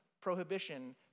prohibition